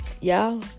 Y'all